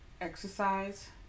exercise